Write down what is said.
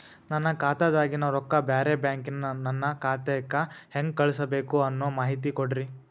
ನನ್ನ ಖಾತಾದಾಗಿನ ರೊಕ್ಕ ಬ್ಯಾರೆ ಬ್ಯಾಂಕಿನ ನನ್ನ ಖಾತೆಕ್ಕ ಹೆಂಗ್ ಕಳಸಬೇಕು ಅನ್ನೋ ಮಾಹಿತಿ ಕೊಡ್ರಿ?